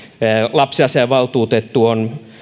lapsiasiainvaltuutettu on